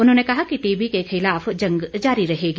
उन्होंने कहा कि टीबी के खिलाफ जंग जारी रहेगी